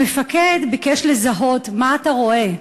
המפקד ביקש לזהות: מה אתה רואה,